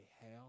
hell